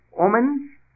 omens